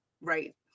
Right